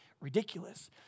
ridiculous